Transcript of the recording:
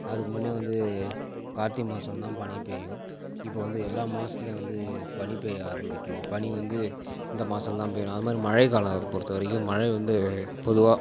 அதுக்கு முன்னே வந்து கார்த்திகை மாதம்தான் பனி பெய்யும் இப்போ வந்து எல்லா மாதத்துலையும் வந்து பனி பெய்ய ஆரம்பிக்குது பனி வந்து இந்த மாதத்துலதான் பெய்யணும் அது மாரி மழைக் காலம் பொறுத்தவரைக்கும் மழை வந்து பொதுவாக